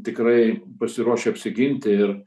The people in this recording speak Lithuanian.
tikrai pasiruošę apsiginti ir